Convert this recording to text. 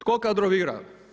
Tko kadrovira?